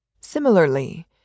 Similarly